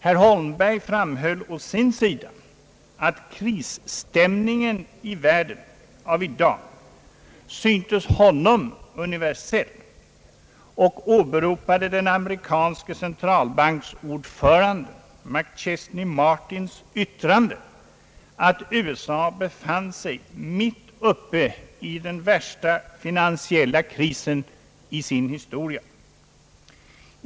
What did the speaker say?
Herr Holmberg framhöll å sin sida att krisstämningen i världen av i dag syntes honom universell och åberopade yttrandet av den amerikanska centralbankens ordförande, McChesney Martin, att USA befann sig mitt uppe i den värsta finansiella krisen i sin historia.